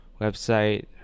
website